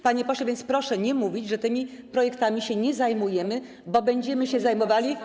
Panie pośle, proszę więc nie mówić, że tymi projektami się nie zajmujemy, bo będziemy się zajmowali, ale.